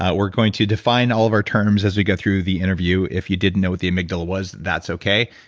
ah we're going to define all of our terms as we go through the interview if you didn't know what the amygdala was, that's okay.